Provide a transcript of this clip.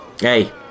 Hey